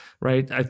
right